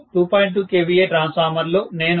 2 kVA transformer లో నేను 5